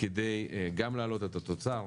כדי גם להעלות את התוצר,